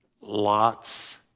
lots